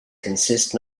consist